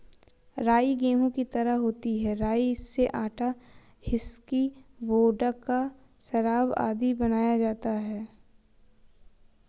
राई गेहूं की तरह होती है राई से आटा, व्हिस्की, वोडका, शराब आदि बनाया जाता है